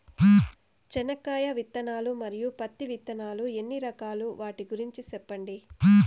చెనక్కాయ విత్తనాలు, మరియు పత్తి విత్తనాలు ఎన్ని రకాలు వాటి గురించి సెప్పండి?